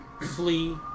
flee